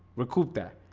recoup that